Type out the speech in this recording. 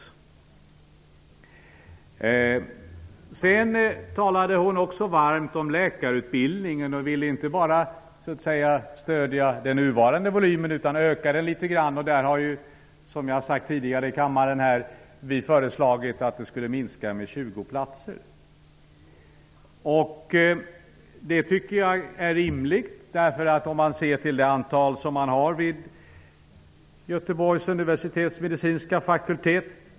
Doris Håvik talade också varmt om läkarutbildningen och ville inte bara stöda den nuvarande volymen utan också öka den litet grand. Som jag har sagt tidigare i kammaren har vi föreslagit att utbildningen skulle minska med 20 platser. Jag tycker att det är rimligt, med tanke på antalet platser vid Göteborgs universitets medicinska fakultet.